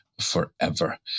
forever